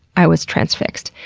i was transfixed.